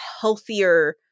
healthier